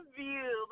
view